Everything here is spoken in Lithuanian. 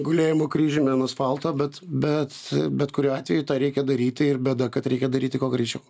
gulėjimo kryžiumi ant asfalto bet bet bet kuriuo atveju tą reikia daryti ir bėda kad reikia daryti kuo greičiau